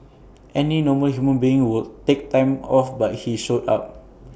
any normal human being would take time off but he showed up